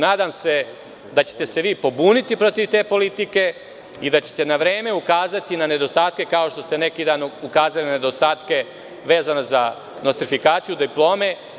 Nadam se da ćete se vi pobuniti protiv te politike i da ćete na vreme ukazati na nedostatke kao što ste neki dan ukazali na nedostatke vezane za nostrifikaciju diplome.